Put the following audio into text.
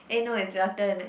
eh no is your turn